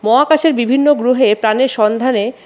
মহাকাশের বিভিন্ন গ্রহে প্রাণের সন্ধানে